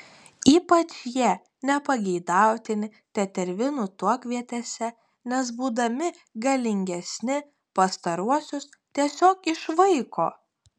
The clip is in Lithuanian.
ypač jie nepageidautini tetervinų tuokvietėse nes būdami galingesni pastaruosius tiesiog išvaiko